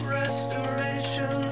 restoration